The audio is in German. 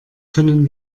können